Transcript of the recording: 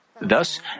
Thus